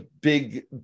big